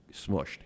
smushed